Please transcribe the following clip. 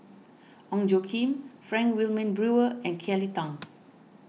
Ong Tjoe Kim Frank Wilmin Brewer and Kelly Tang